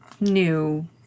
new